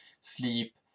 sleep